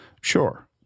sure